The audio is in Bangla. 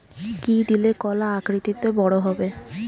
কি দিলে কলা আকৃতিতে বড় হবে?